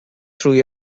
through